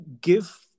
give